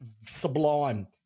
sublime